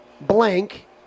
blank